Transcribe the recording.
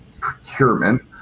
procurement